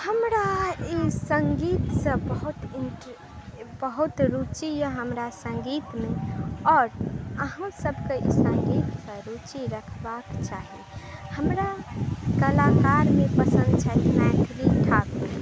हमरा ई संगीतसँ बहुत इन्ट्र बहुत रुचि यऽ हमरा संगीतमे आओर अहूँ सभके ई संगीतसँ रुचि रखबाक चाही हमरा कलाकारमे पसन्द छथि मैथिली ठाकुर